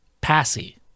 Passy